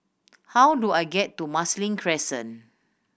how do I get to Marsiling Crescent